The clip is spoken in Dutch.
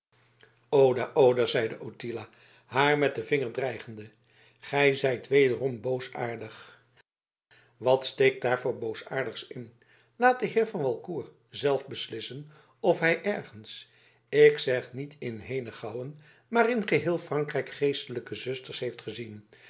oda oda zeide ottilia haar met den vinger dreigende gij zijt wederom boosaardig wat steekt daar voor boosaardigs in laat de heer van walcourt zelf beslissen of hij ergens ik zeg niet in zijn henegouwen maar in geheel frankrijk geestelijke zusters heeft gezien